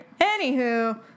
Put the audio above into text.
Anywho